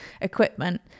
equipment